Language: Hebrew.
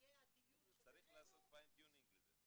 צריך לעשות פיין טיונינג לזה.